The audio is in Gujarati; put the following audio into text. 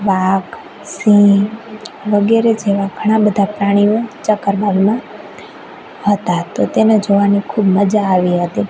વાઘ સિંહ વગેરે જેવા ઘણા બધા પ્રાણીઓ ચક્કરબાગમાં હતા તો તેને જોવાની ખૂબ મજા આવી હતી